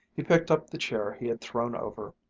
he picked up the chair he had thrown over,